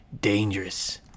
dangerous